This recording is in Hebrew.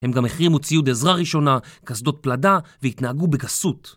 הם גם החרימו ציוד עזרה ראשונה, קסדות פלדה והתנהגו בגסות.